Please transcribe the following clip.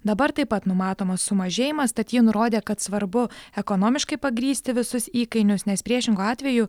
dabar taip pat numatomas sumažėjimas tad ji nurodė kad svarbu ekonomiškai pagrįsti visus įkainius nes priešingu atveju